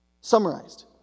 summarized